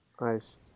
Nice